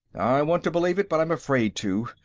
i want to believe it, but i'm afraid to,